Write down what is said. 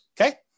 okay